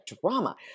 drama